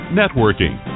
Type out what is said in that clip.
networking